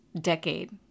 decade